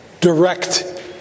direct